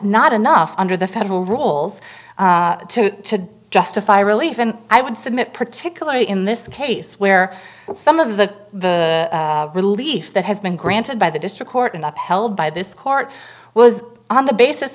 not enough under the federal rules to justify relief and i would submit particularly in this case where some of the relief that has been granted by the district court and upheld by this court was on the basis